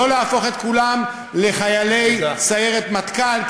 לא להפוך את כולם לחיילי סיירת מטכ"ל,